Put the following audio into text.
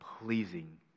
pleasing